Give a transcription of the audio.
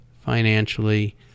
financially